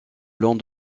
long